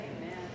amen